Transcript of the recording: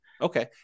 Okay